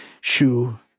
shoe